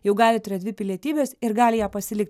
jau gali turėt dvi pilietybes ir gali ją pasilikt